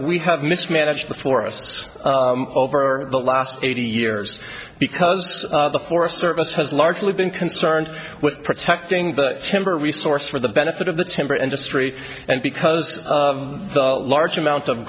we have mismanaged the forests over the last eighty years because the forest service has largely been concerned with protecting the timber resource for the benefit of the timber industry and because of the large amount of